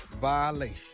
violation